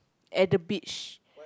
at the beach